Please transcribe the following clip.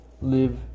live